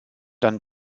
dann